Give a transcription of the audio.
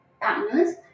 partners